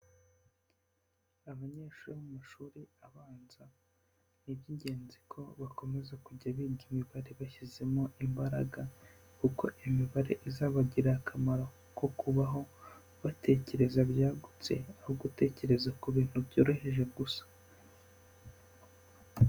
Abanyeshuri bo mu mashuri abanza, ni iby'ingenzi ko bakomeza kujya biga imibare bashyizemo imbaraga kuko imibare izabagirira akamaro ko kubaho, batekereza byagutse, aho gutekereza ku bintu byoroheje gusa.